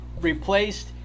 replaced